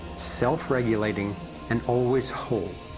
self regulating and always whole.